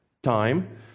time